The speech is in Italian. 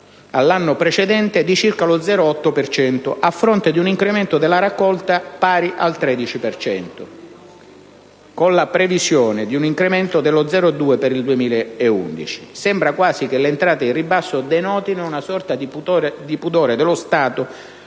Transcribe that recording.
all'anno precedente di circa lo 0,8 per cento, a fronte di un incremento della raccolta pari al 13 per cento, con la previsione di un incremento dello 0,2 per cento per il 2011: sembra quasi che le entrate in ribasso denotino una sorta di pudore dello Stato